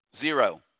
Zero